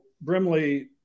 Brimley